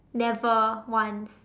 never once